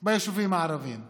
הפגיעה ביישובים הערביים משולשת.